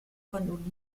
von